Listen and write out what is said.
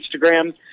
Instagram